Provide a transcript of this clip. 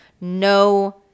no